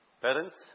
Parents